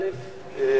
בית-ספר א' בפקיעין.